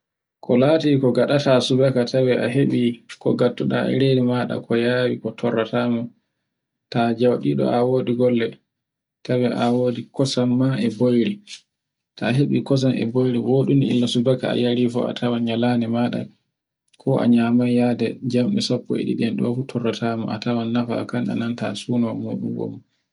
ko lati ko ngaɗata subaka tawe e heɓi ko ngattuda e redumaɗa ko yawi ko torrotama. Ta joɗiɗo e wodi golle tawe a wodi kosan ma e boyri. Ta heɓi kosan e boyri woɗundi walla subaka a yari bo a tawan nyande maɗa ko anyamai yade jamɗe sappo e ɗiɗi e ɗo fu torrotama a tawan nafakan, anan ta sunon mu un wunu